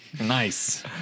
nice